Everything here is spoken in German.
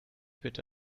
bitte